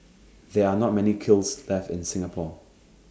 there are not many kilns left in Singapore